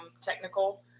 technical